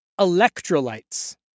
electrolytes